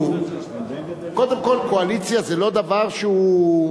תשמעו, קודם כול קואליציה זה לא דבר שהוא,